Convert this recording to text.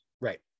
right